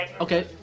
Okay